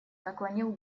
наклонил